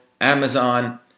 Amazon